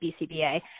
bcba